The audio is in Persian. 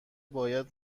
باید